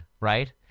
Right